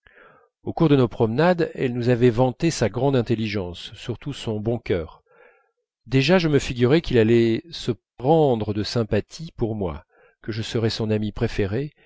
au cours de nos promenades elle nous avait vanté sa grande intelligence surtout son bon cœur déjà je me figurais qu'il allait se prendre de sympathie pour moi que je serais son ami préféré